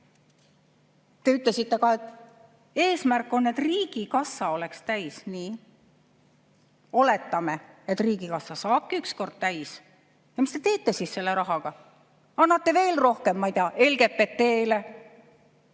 Te ütlesite ka, et eesmärk on, et riigikassa oleks täis. Nii, oletame, et riigikassa saabki ükskord täis. Mis te teete siis selle rahaga? Annate veel rohkem, ma ei tea, LGBT‑le,